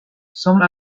semble